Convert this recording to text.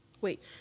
Wait